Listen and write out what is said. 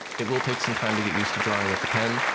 it will take some time to get used to drawing with the pen,